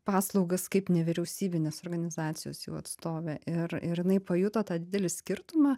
paslaugas kaip nevyriausybinės organizacijos atstovė ir ir jinai pajuto tą didelį skirtumą